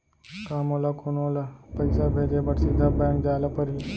का मोला कोनो ल पइसा भेजे बर सीधा बैंक जाय ला परही?